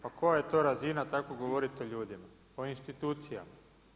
Pa koja je to razina tako govoriti o ljudima, o institucijama?